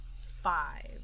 five